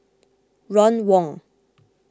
Ron Wong